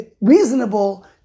reasonable